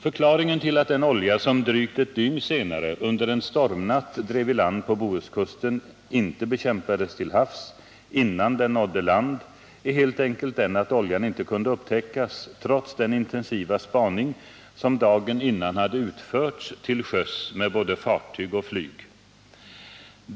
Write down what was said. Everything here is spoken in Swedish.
Förklaringen till att den olja som drygt ett dygn senare under en stormnatt drev i land på Bohuskusten inte bekämpades till havs, innan den nådde land, är helt enkelt den att oljan inte kunde upptäckas trots den intensiva spaning som dagen innan hade utförts till sjöss med både fartyg och flyg.